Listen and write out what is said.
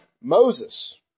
Moses